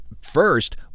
first